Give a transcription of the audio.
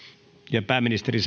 ja pääministeri